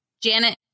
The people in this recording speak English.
Janet